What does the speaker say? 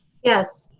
yes.